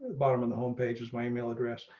bottom of the homepage is my email address.